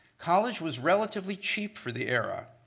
college was relatively cheap for the era,